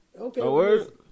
Okay